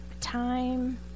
time